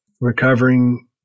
recovering